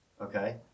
Okay